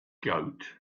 goat